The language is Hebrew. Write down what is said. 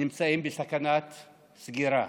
נמצאים בסכנת סגירה.